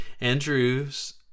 Andrews